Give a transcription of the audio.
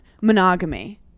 Monogamy